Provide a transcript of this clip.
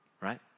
right